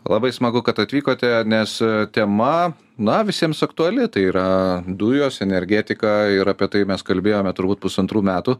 labai smagu kad atvykote nes tema na visiems aktuali tai yra dujos energetika ir apie tai mes kalbėjome turbūt pusantrų metų